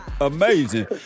Amazing